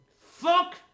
Fuck